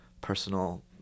personal